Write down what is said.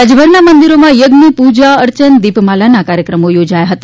રાજ્યભરના મંદિરોમાં યજ્ઞ પૂજા અર્ચન દીપમાલાના કાર્યક્રમો યોજાયા હતા